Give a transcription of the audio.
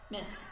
Miss